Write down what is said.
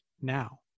now